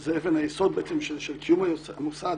וזה אבן היסוד של קיום המוסד.